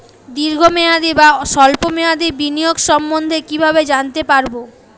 দীর্ঘ মেয়াদি বা স্বল্প মেয়াদি বিনিয়োগ সম্বন্ধে কীভাবে জানতে পারবো?